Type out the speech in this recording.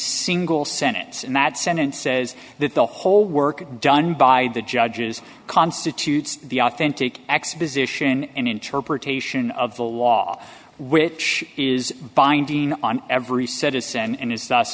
single sentence and that sentence says that the whole work done by the judges constitutes the authentic exposition and interpretation of the law which is binding on every citizen and i